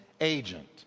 agent